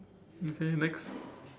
okay next